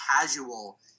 casual